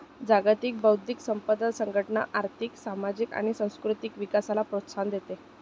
जागतिक बौद्धिक संपदा संघटना आर्थिक, सामाजिक आणि सांस्कृतिक विकासाला प्रोत्साहन देते